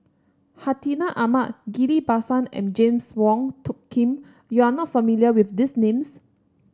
Hartinah Ahmad Ghillie Basan and James Wong Tuck Yim you are not familiar with these names